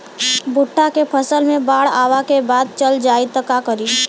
भुट्टा के फसल मे बाढ़ आवा के बाद चल जाई त का करी?